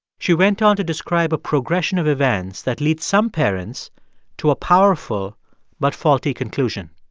she went on to describe a progression of events that lead some parents to a powerful but faulty conclusion.